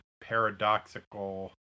paradoxical